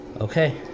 Okay